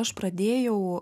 aš pradėjau